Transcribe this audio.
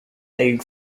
egg